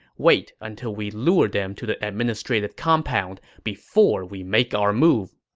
wait until we lure them to the administrative compound before we make our move.